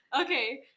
okay